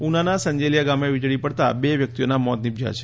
ઉનાના સંજલિયા ગામે વીજળી પડતા બે વ્યક્તિઓના મોત નિપજયા છે